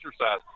exercise